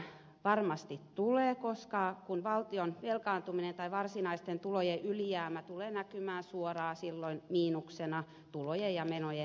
läpinäkyvyyttä varmasti tulee koska valtion velkaantuminen tulee näkymään silloin suoraan miinuksena tulojen ja menojen erotuksen myötä tai varsinaisten tulojen ylijäämä